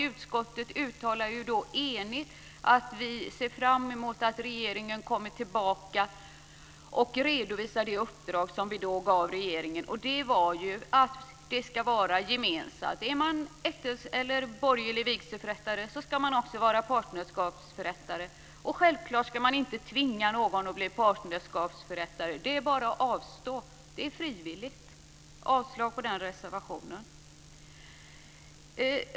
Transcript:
Utskottet uttalar enigt att man ser fram emot att regeringen kommer tillbaka och redovisar det uppdrag som riksdagen gav. Det innebar att uppdragen hänger ihop. Är man borgerlig vigselförrättare ska man också vara partnerskapsförrättare. Självklart ska man inte tvinga någon att bli partnerskapsförrättare. Det är bara att avstå. Det är frivilligt. Jag yrkar avslag på reservation 4.